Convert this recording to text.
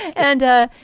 and.